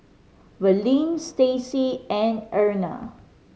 Verlin Stacey and Erna